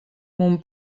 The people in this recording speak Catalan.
mon